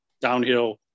downhill